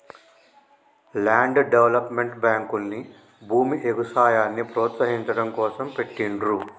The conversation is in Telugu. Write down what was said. ల్యాండ్ డెవలప్మెంట్ బ్యేంకుల్ని భూమి, ఎగుసాయాన్ని ప్రోత్సహించడం కోసం పెట్టిండ్రు